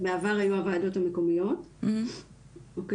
בעבר היו הוועדות המקומיות, אוקיי?